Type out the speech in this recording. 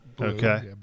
Okay